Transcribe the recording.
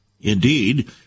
Indeed